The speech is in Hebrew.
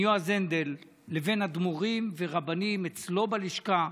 יועז הנדל לבין אדמו"רים ורבנים אצלו בלשכה.